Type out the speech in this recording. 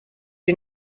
you